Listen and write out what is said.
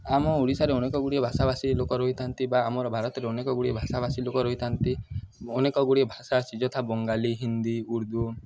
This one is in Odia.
ଆମ ଓଡ଼ିଶାରେ ଅନେକ ଗୁଡ଼ିଏ ଭାଷାଭାଷୀ ଲୋକ ରହିଥାନ୍ତି ବା ଆମର ଭାରତରେ ଅନେକ ଗୁଡ଼ିଏ ଭାଷାଭାଷୀ ଲୋକ ରହିଥାନ୍ତି ଅନେକ ଗୁଡ଼ିଏ ଭାଷା ଅଛି ଯଥା ବଙ୍ଗାଳୀ ହିନ୍ଦୀ ଉର୍ଦ୍ଦୁ